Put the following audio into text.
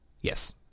Yes